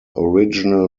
original